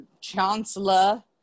Chancellor